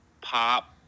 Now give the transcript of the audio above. pop